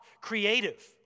creative